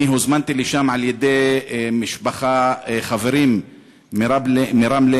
אני הוזמנתי לשם על-ידי חברים מרמלה,